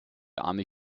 army